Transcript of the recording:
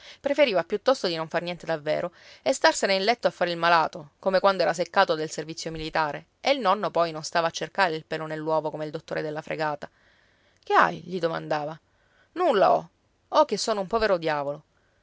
preferiva piuttosto di non far niente davvero e starsene in letto a fare il malato come quando era seccato del servizio militare e il nonno poi non stava a cercare il pelo nell'uovo come il dottore della fregata che hai gli domandava nulla ho ho che sono un povero diavolo